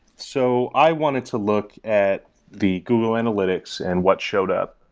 so i wanted to look at the google analytics and what showed up,